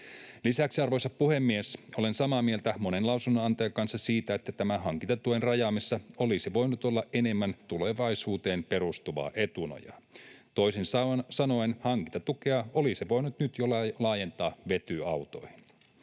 Lisäksi, arvoisa puhemies, olen samaa mieltä monen lausunnonantajan kanssa siitä, että tämän hankintatuen rajaamisessa olisi voinut olla enemmän tulevaisuuteen perustuvaa etunojaa. Toisin sanoen hankintatukea olisi voinut nyt jo laajentaa vetyautoihin.